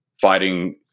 fighting